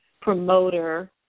promoter